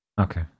Okay